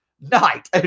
night